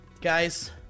Guys